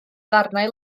ddarnau